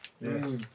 Yes